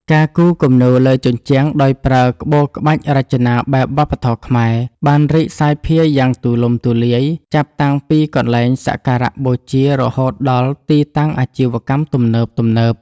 ការគូរគំនូរលើជញ្ជាំងដោយប្រើក្បូរក្បាច់រចនាបែបវប្បធម៌ខ្មែរ បានរីកសាយភាយយ៉ាងទូលំទូលាយ ចាប់តាំងពីទីកន្លែងសក្ការៈបូជារហូតដល់ទីតាំងអាជីវកម្មទំនើបៗ។